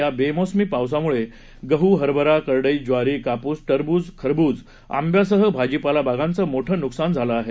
या बेमोसमी पावसामुळे गव्हू हरभरा करडई ज्वारी कापूस टरबूज खरबूज आंब्यासह भाजीपाला बागांचं मोठं नुकसान झालं आहे